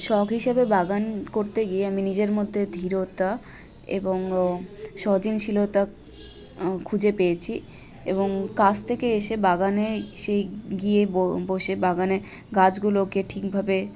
শখ হিসাবে বাগান করতে গিয়ে আমি নিজের মদ্যে ধীরতা এবং ও সৃজনশীলতা খুঁজে পেয়েছি এবং কাজ থেকে এসে বাগানে সেই গিয়ে বসে বাগানে গাছগুলোকে ঠিকভাবে